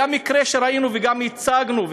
היה מקרה שראינו וגם הצגנו,